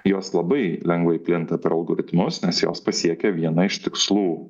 jos labai lengvai plinta per algoritmus nes jos pasiekia viena iš tikslų